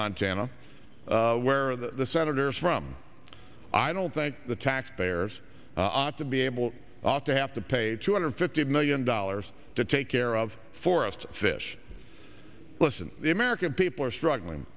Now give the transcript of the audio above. montana where the senators from i don't think the taxpayers i want to be able to have to pay two hundred fifty million dollars to take care of forest fish listen the american people are struggling